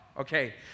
okay